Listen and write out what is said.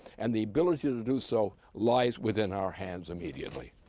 and the ability to do so lies within our hands immediately.